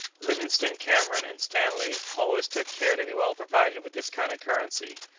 livingstone, cameron and stanley always took care to be well provided with this kind of currency.